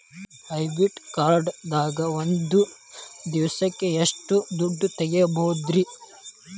Debit card ದಾಗ ಒಂದ್ ದಿವಸಕ್ಕ ಎಷ್ಟು ದುಡ್ಡ ತೆಗಿಬಹುದ್ರಿ?